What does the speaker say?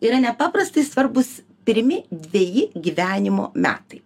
yra nepaprastai svarbūs pirmi dveji gyvenimo metai